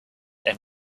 and